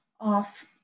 off